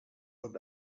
und